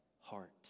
heart